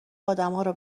آدمهارو